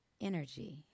energy